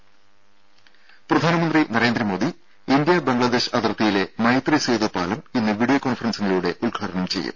വാർത്തകൾ വിശദമായി പ്രധാനമന്ത്രി നരേന്ദ്രമോദി ഇന്ത്യ ബംഗ്ലാദേശ് അതിർത്തിയിലെ മൈത്രി സേതു പാലം ഇന്ന് വിഡിയോ കോൺഫറൻസിംഗിലൂടെ ഉദ്ഘാടനം ചെയ്യും